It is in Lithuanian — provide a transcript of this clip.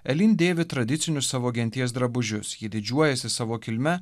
elin dėvi tradicinius savo genties drabužius ji didžiuojasi savo kilme